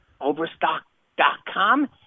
Overstock.com